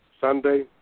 Sunday